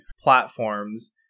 platforms